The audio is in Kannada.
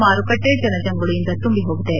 ಮಾರುಕಟ್ಟೆ ಜನಜಂಗುಳಿಯಿಂದ ತುಂಬಿ ಹೋಗಿದೆ